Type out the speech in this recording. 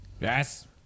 Yes